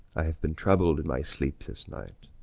i have been troubled in my sleep this night,